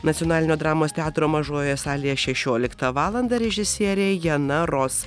nacionalinio dramos teatro mažojoje salėje šešioliktą valandą režisierė jena ros